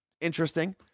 interesting